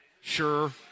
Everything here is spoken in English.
sure